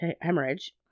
hemorrhage